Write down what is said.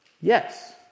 Yes